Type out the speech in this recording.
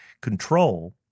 control